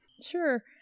Sure